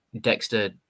Dexter